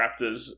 raptors